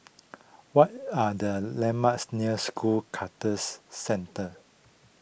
what are the landmarks near School Clusters Centre